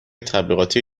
تبلیغاتی